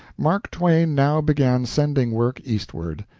mark twain now began sending work eastward.